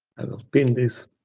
and will pin this,